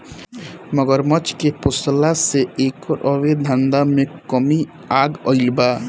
मगरमच्छ के पोसला से एकर अवैध धंधा में कमी आगईल बा